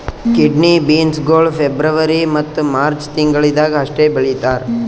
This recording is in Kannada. ಕಿಡ್ನಿ ಬೀನ್ಸ್ ಗೊಳ್ ಫೆಬ್ರವರಿ ಮತ್ತ ಮಾರ್ಚ್ ತಿಂಗಿಳದಾಗ್ ಅಷ್ಟೆ ಬೆಳೀತಾರ್